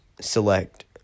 select